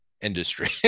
industry